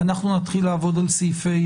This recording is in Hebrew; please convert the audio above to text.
אנחנו נתחיל לעבוד על סעיפי